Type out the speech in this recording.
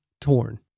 torn